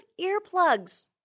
earplugs